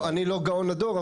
אני לא גאון הדור,